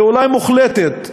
ואולי מוחלטת,